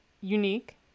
unique